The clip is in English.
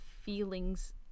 feelings